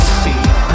feel